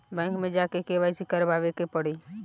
Bank मे जा के के.वाइ.सी करबाबे के पड़ी?